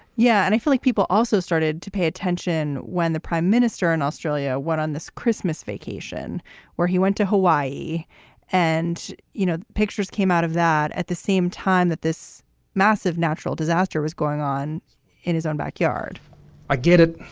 yeah. and i think like people also started to pay attention when the prime minister in australia went on this christmas vacation where he went to hawaii and, you know, pictures came out of that at the same time that this massive natural disaster was going on in his own backyard i get it.